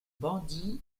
bandits